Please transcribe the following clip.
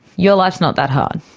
your life's not that hard.